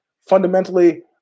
fundamentally